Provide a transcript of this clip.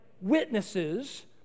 witnesses